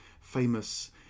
famous